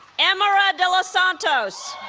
emera de los santos